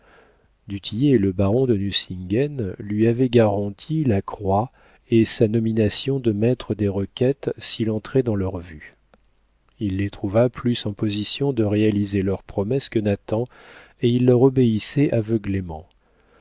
tillet et le baron de nucingen lui avaient garanti la croix et sa nomination de maître des requêtes s'il entrait dans leurs vues il les trouva plus en position de réaliser leurs promesses que nathan et il leur obéissait aveuglément